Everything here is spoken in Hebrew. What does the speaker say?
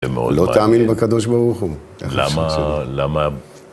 לא תאמין בקדוש ברוך הוא. למה למה